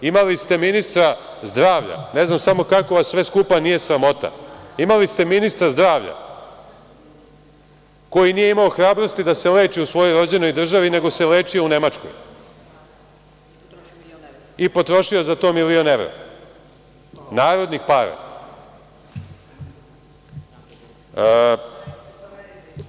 Imali ste ministra zdravlja, ne znam kako vas sve skupa nije sramota, imali ste ministra zdravlja koji nije imao hrabrosti da se leči u svojoj rođenoj državi nego se lečio u Nemačkoj i potrošio za to milion evra, narodnih para.